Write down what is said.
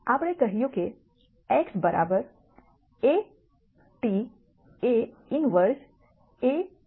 આપણે કહ્યું x Aᵀ A 1 b